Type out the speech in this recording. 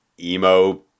emo